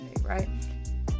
right